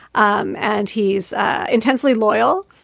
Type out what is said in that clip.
um and he's intensely loyal,